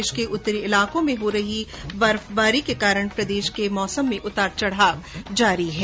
देश के उत्तरी इलाकों में हो रही बर्फबारी के कारण प्रदेश के मौसम में उतार चढाव जारी है